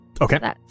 Okay